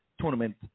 tournament